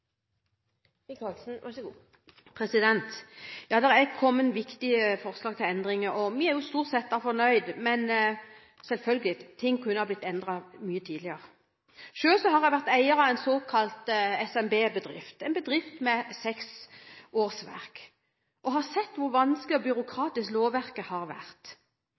vi er stort sett fornøyd, men ting kunne selvfølgelig blitt endret mye tidligere. Selv har jeg vært eier av en såkalt SMB-bedrift, en bedrift med seks årsverk, og har sett hvor vanskelig og byråkratisk lovverket har vært.